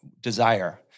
desire